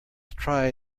try